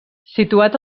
situat